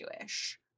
Jewish